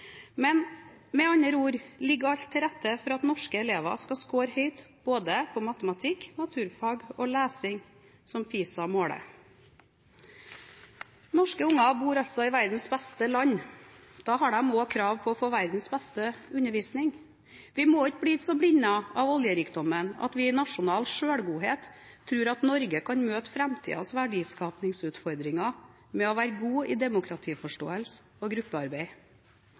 Med andre ord ligger alt til rette for at norske elever skal score høyt i både matematikk, naturfag og lesing, som PISA måler. Norske unger bor altså i verdens beste land. Da har de også krav på å få verdens beste undervisning. Vi må ikke bli så blindet av oljerikdommen at vi i nasjonal selvgodhet tror at Norge kan møte framtidens verdiskapingsutfordringer med å være god i demokratiforståelse og gruppearbeid.